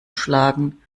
schlagen